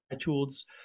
tools